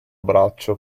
braccio